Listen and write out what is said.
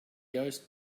ghost